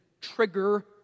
trigger